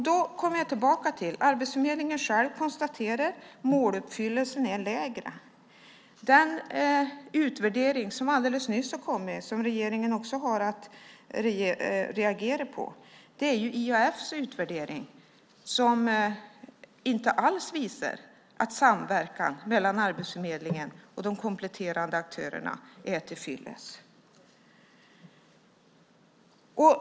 Då kommer jag tillbaka till att Arbetsförmedlingen själv konstaterar att måluppfyllelsen är lägre. Den utvärdering som alldeles nyss har kommit och som regeringen också har att reagera på är IAF:s utvärdering, som inte alls visar att samverkan mellan Arbetsförmedlingen och de kompletterande aktörerna är tillfyllest.